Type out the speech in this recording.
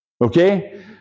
Okay